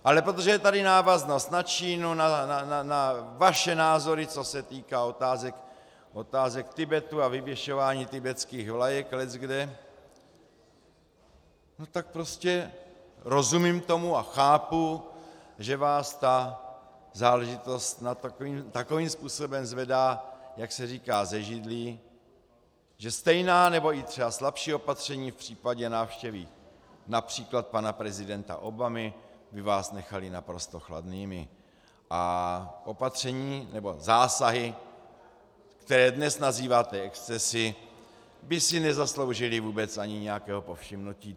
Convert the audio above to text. Ale protože je tady návaznost na Čínu, na vaše názory, co se týká otázek Tibetu a vyvěšování tibetských vlajek leckde, tak prostě rozumím tomu a chápu, že vás ta záležitost takovým způsobem zvedá, jak se říká, ze židlí, že stejná, nebo i třeba slabší opatření v případě návštěvy například pana prezidenta Obamy by vás nechala naprosto chladnými a opatření nebo zásahy, které dnes nazýváte excesy, by si nezasloužily vůbec ani nějakého povšimnutí.